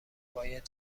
باید